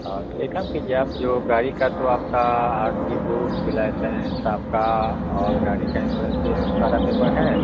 हाँ तो एक काम कीजिए आप जो गाड़ी का तो आपका आर सी बूक लाइसेंस आपका और गाड़ी का इंसोरेंस भी ये सब सारा पेपर है